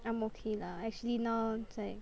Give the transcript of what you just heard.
I'm okay lah actually now it's like